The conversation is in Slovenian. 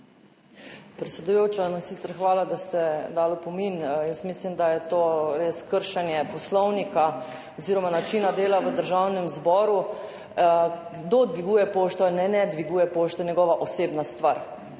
Predsedujoča, no, sicer hvala, da ste dali opomin. Jaz mislim, da je to res kršenje Poslovnika oziroma načina dela v Državnem zboru. Kdo dviguje pošto ali ne dviguje pošte, je njegova osebna stvar.